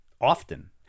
Often